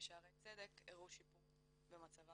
בשערי צדק הראו שיפור במצבם.